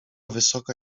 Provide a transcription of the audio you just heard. wysoka